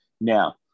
Now